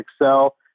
excel